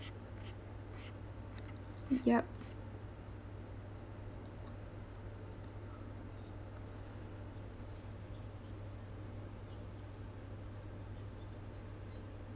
yup